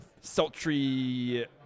sultry